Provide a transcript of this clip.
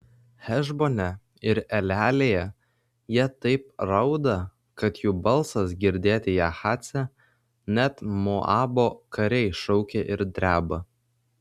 hešbone ir elealėje jie taip rauda kad jų balsas girdėti jahace net moabo kariai šaukia ir dreba